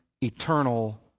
eternal